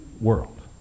world